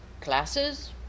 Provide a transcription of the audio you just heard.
classes